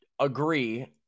Agree